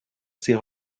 ses